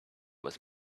was